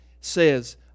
says